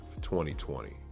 2020